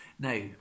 Now